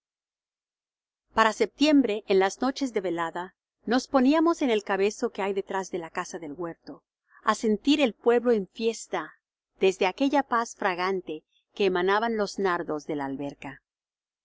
para septiembre en las noches de velada nos poníamos en el cabezo que hay detrás de la casa del huerto á sentir el pueblo en fiesta desde aquella paz fragante que emanaban los nardos de la alberca